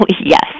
yes